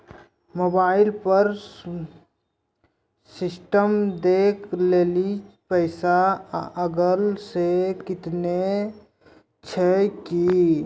Mobile पर statement देखे लेली पैसा अलग से कतो छै की?